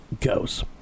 goes